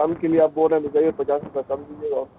کم کے لیے آپ پورا لے جائیے پچاس روپے کم دیجیے اور کیا